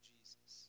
Jesus